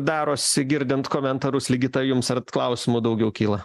darosi girdint komentarus ligita jums klausimų daugiau kyla